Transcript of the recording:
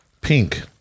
pink